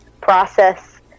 process